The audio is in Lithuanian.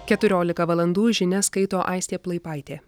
keturiolika valandų žinias skaito aistė plaipaitė